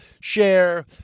Share